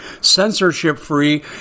censorship-free